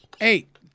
Eight